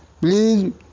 Please